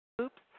Oops